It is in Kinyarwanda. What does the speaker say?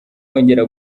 yongera